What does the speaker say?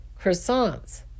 croissants